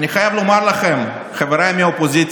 אני חייב לומר לכם, חברי מהאופוזיציה,